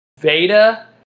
Veda